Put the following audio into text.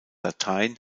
latein